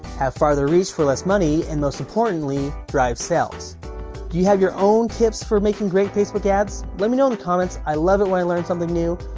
have farther reach for less money and most importantly, drive sales you have your own tips for making great facebook ads? let me know in the comments, i love it when i learn something new.